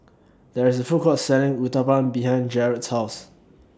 There IS A Food Court Selling Uthapam behind Gerard's House